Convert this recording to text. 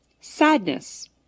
sadness